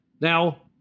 Now